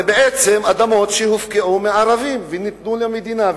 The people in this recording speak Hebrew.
זה בעצם אדמות שהופקעו מערבים וניתנו למדינה.